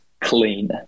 Clean